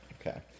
Okay